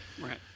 Right